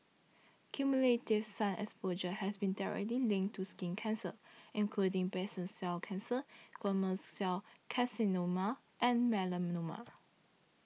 cumulative sun exposure has been directly linked to skin cancer including basal cell cancer squamous cell carcinoma and melanoma